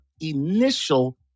initial